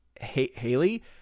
Haley